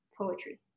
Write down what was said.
poetry